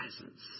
presence